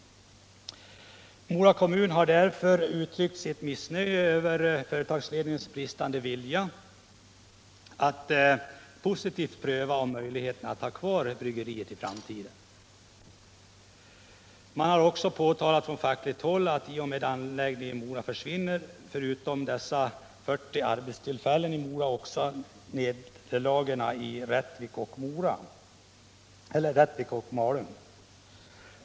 Mora kommun har därför uttryckt sitt missnöje över företagsledningens bristande vilja att positivt pröva möjligheterna att ha kvar Mora bryggeri i framtiden. Man har från fackligt håll också påtalat att genom nedläggningen i Mora försvinner, förutom 40 arbetstillfällen i Mora, även bryggeriets nederlag i Rättvik och Malung.